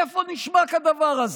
איפה נשמע כדבר הזה?